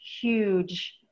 huge